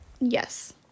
Yes